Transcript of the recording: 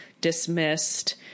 dismissed